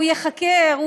הוא ייחקר,